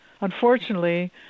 unfortunately